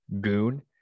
goon